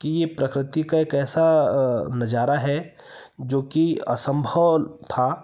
कि ये प्रकृति का एक ऐसा नजारा है जो कि असंभव था